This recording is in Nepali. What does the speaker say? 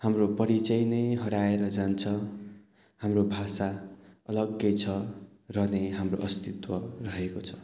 हाम्रो परिचय नै हराएर जान्छ हाम्रो भाषा अलगै छ र नै हाम्रो अस्तित्व रहेको छ